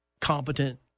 competent